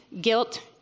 guilt